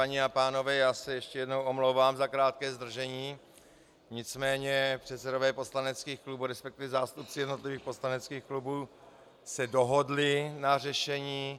Paní a pánové, já se ještě jednou omlouvám za krátké zdržení, nicméně předsedové poslaneckých klubů, resp. zástupci jednotlivých poslaneckých klubů, se dohodli na řešení.